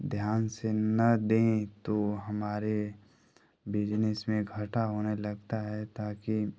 ध्यान से ना दें तो हमारे बिजनेस में घाटा होने लगता है ताकि